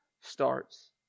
starts